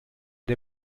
der